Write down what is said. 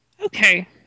Okay